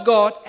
God